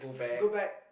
go back